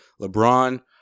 LeBron